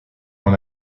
dans